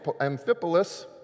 Amphipolis